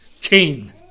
King